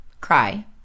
cry